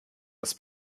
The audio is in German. das